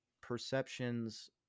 perceptions